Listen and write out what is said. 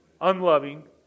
Unloving